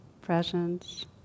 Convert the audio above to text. presence